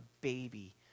baby